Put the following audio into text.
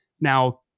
Now